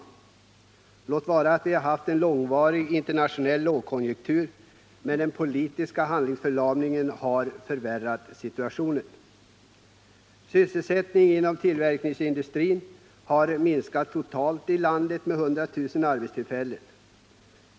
Låt vara att vi har haft en långvarig internationell lågkonjunktur, men den politiska handlingsförlamningen har förvärrat situationen. Sysselsättningen inom tillverkningsindustrin har minskat totalt i landet med 100 000 arbetstillfällen.